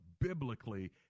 biblically